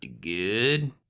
good